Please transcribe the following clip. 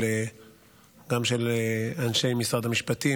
גם של אנשי משרד המשפטים,